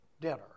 dinner